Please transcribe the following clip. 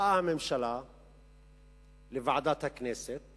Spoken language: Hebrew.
באה הממשלה לוועדת הכנסת